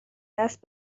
دست